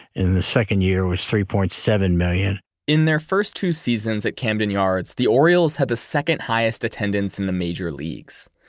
the second year was three point seven million in their first two seasons at camden yards, the orioles had the second highest attendance in the major leagues.